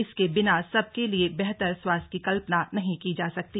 इसके बिना सबके लिये बेहतर स्वास्थ्य की कल्पना नहीं की जा सकती